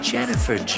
Jennifer